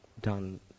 done